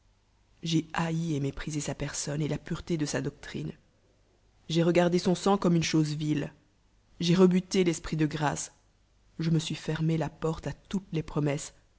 moi-même j'aj'haï et uéprisê sa personne et la pureté de sa doctrinei j'ai regardé son sang comme une chose vile j'ai rebuté l'eeprit de gr ce je me suis fermé la porte à toutes les promesses